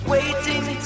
Waiting